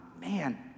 man